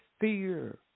fear